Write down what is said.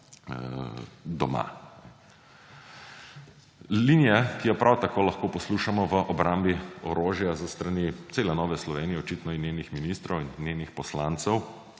doma. Linija, ki jo prav tako lahko poslušamo v obrambi orožja s strani cele Nove Slovenije, očitno, in njenih ministrov in njenih poslancev,